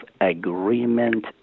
agreement